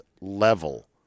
level